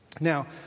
Now